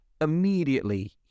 immediately